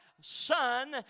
Son